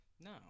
No